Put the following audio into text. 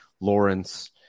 Lawrence